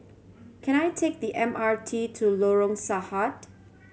can I take the M R T to Lorong Sarhad